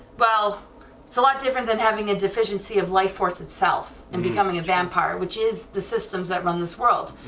well it's a lot different than having a deficiency of life force itself and becoming a vampire, which is the systems that run this world,